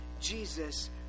Jesus